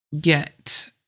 get